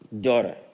daughter